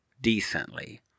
decently